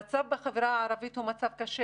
המצב בחברה הערבית הוא מצב קשה.